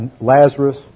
Lazarus